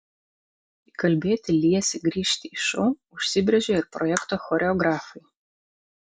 įkalbėti liesį grįžti į šou užsibrėžė ir projekto choreografai